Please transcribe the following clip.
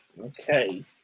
Okay